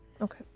Okay